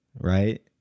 Right